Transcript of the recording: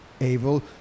able